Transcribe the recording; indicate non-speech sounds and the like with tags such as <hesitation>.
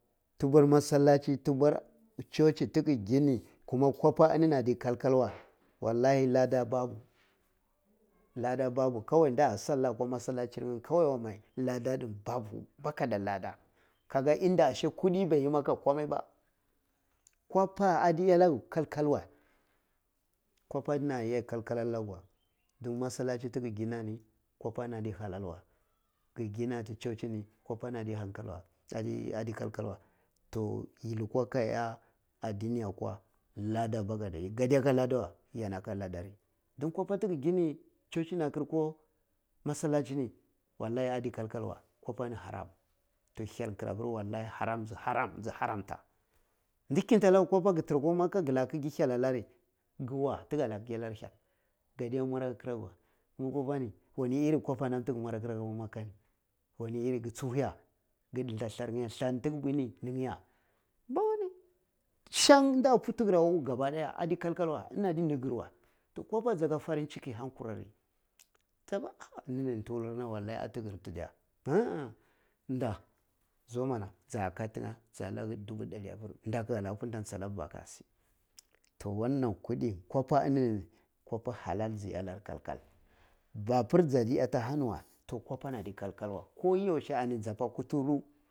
Tubwar masalachi, tubwar churchi tigi gini kuma kwappa ini ni add kal kal wej wallai ladda babu, ladda babu kwar da salla kwa masalachir nye kowai mai ladda in babu b aka da ladda kagi inda ashe kuddi bai yi maka komai ba kwappa addi iya laya kal kal wey kunppa iyya lage kal kal wey dun massalachi ti gi gina ni kwappa ni addi hallal wey gi gina ti churchi ni kwappa ni adi kal kal wey toh yi lukuwa a ya adini akwa ladda, baka da ladda yin aka ladda ri dun kwappa tigi gini church na kiri massalachini wallai addi kal kal wey haram toh hyal kra pir ji haramta di kunta laka kwalpa ki tirra kwa makkah ki lika kike hyal allari gi wa ti ga ta kike hyal na allari gade mwari aka kira ka wey du kwappa ni wanni irin knappa tigi mwari kir akwa makkali ni yi ki tsuhu ya ki dilta nlar nya ya, kwappa ni figi buyi ni gi ja shan da put tiggir akwa uh uh gaba daya addi kal kal wey kwappa jaga farin cikin hanguran <unintelligible> wallai tuwul nir na atigir ti diya <hesitation> nda zo ma na j aka tin ye ja la ga dubu dari apari aka liga punt ache anna b aka shit oh wanaan kudin kwappa hallal ti ji iya laga kal kal babur jadi iya ti ahani wae toh kwappani addi kalkal weh toh koh yanshe ani jappa kuturu.